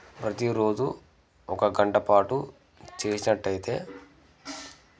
ప్రతీరోజూ ఒక గంట పాటు చేసినట్టైతే